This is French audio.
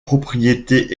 propriétés